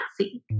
see